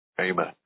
Amen